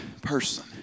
person